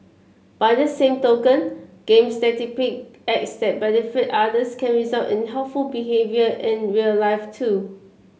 by the same token games that depict acts that benefit others can result in helpful behaviour in real life too